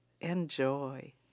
Enjoy